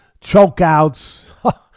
chokeouts